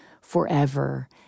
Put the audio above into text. forever